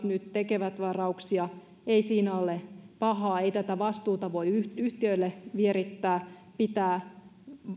nyt tekevät varauksia ei siinä ole mitään pahaa ei vastuuta voi yhtiöille vierittää pitää